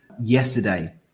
yesterday